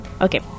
Okay